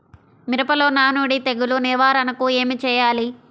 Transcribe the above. మిరపలో నానుడి తెగులు నివారణకు ఏమి చేయాలి?